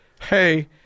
Hey